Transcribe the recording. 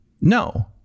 No